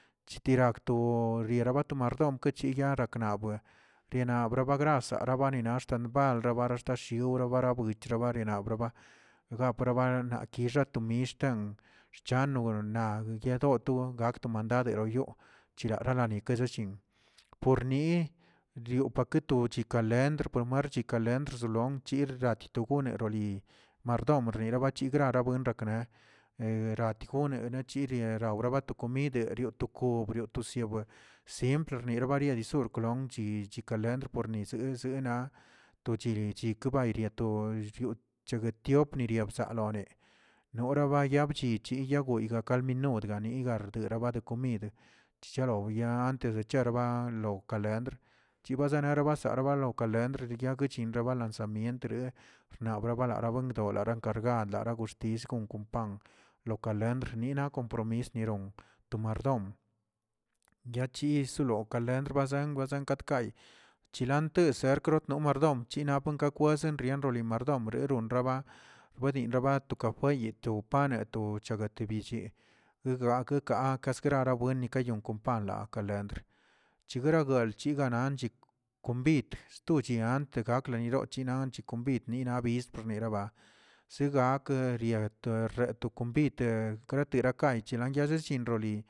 Chitiracto oriera barto mardom kechiyar reknabw rena babagras rerabenaxtan mba rabara shtashi gora bara bwitch barena brava, ngra paraba kixa tomix xchano to yag yedotu gakto mandade yoo cherarani kazəchi porni chekato kalendr por marchi kalendrz lond chiꞌ radito gonerali mardom regani barchiga rabuen rakna ratigone lachiria rawraba to komid derioꞌ to kob desioꞌ seimpr reyiniriabanis roklon chich kalendr por nizə zeena to chili chi kabay trado cheguiot tiop todabzaa yone nora bya bchichi yagoyga yogayga ka minud nirda degabar komid chichalo ya antes cheserba a lo kalendr chibazeena bazalwbr law kalendr yaa guchin lansamient gandar koxtis konkon pan wa kalendr nina kompromis nerón to mardom yachis selakedel rbazan bazan katkaꞌ chilatez see mardom chinampa ka kweze lonomi mardomre konraba, rwedin raba fueyeto pa neto chayegue billi, egake kaꞌ rara buen nikayunko pan laa kaledr, chigara galch chigananch konbid sto nalche antes aklerori nachi nant kon bid nina xbist rab, zigakə riaꞌ este reto kombid trekeri kayche yazechin roli.